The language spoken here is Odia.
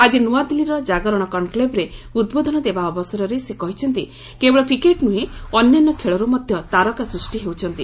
ଆଜି ନ୍ମଆଦିଲ୍ଲୀର ଜାଗରଣ କନ୍କ୍ଲେଭ୍ରେ ଉଦ୍ବୋଧନ ଦେବା ଅବସରରେ ସେ କହିଛନ୍ତି କେବଳ କ୍ରିକେଟ୍ ନୁହେଁ ଅନ୍ୟାନ୍ୟ ଖେଳରୁ ମଧ୍ୟ ତାରକା ସୃଷ୍ଟି ହେଉଛନ୍ତି